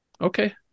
Okay